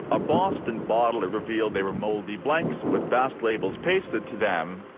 a boston bottler revealed they were moldy blanks with bass labels pasted to them,